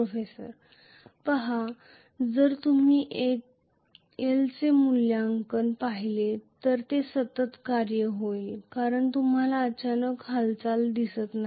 professor पहा जर तुम्ही एल चे मूल्यांकन पाहिले तर ते सतत कार्य होईल कारण तुम्हाला अचानक हालचाल दिसत नाही